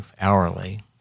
hourly